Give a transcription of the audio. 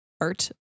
art